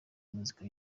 muzika